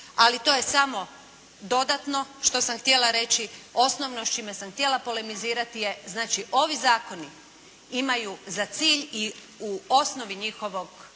Ali to je samo dodatno što sam htjela reći. Osnovno s čime sam htjela polemizirati je znači ovi zakoni imaju za cilj i u osnovi njihove izrade